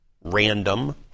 random